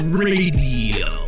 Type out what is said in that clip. radio